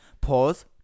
pause